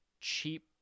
cheap